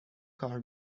کار